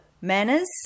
Manners